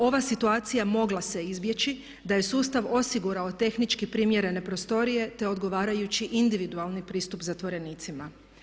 Ova situacija mogla se izbjeći da je sustav osigurao tehnički primjerene prostorije, te odgovarajući individualni pristup zatvorenicima.